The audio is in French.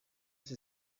tous